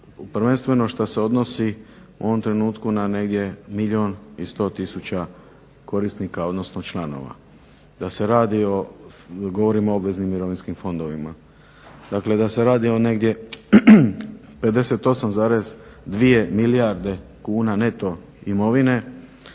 prvenstveno što se odnosi u ovom trenutku negdje na milijun i 100 tisuća korisnika odnosno članova, da se radi o obaveznim mirovinskim fondovima, dakle da se radi o negdje 58,2 milijarde kuna neto imovine,